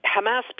Hamas